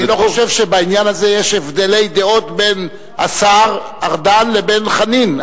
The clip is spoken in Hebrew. אני לא חושב שבעניין הזה יש הבדלי דעות בין השר ארדן לבין חנין.